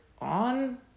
on